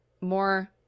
more